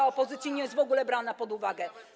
opozycji nie jest w ogóle brana pod uwagę?